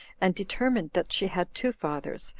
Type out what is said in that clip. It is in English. and determined that she had two fathers,